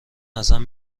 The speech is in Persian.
ازم